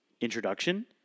introduction